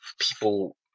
people